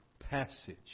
passage